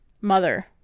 Mother